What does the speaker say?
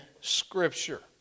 Scripture